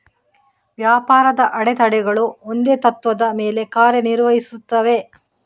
ವ್ಯಾಪಾರದ ಅಡೆತಡೆಗಳು ಒಂದೇ ತತ್ತ್ವದ ಮೇಲೆ ಕಾರ್ಯ ನಿರ್ವಹಿಸುತ್ತವೆ